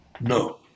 No